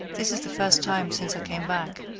this is the first time since i came back.